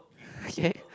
okay